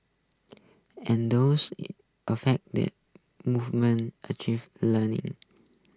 and those's affect that movement achieve learning